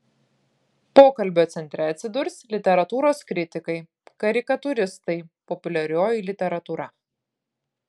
pokalbio centre atsidurs literatūros kritikai karikatūristai populiarioji literatūra